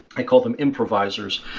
i call them improvisers,